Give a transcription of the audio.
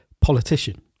politician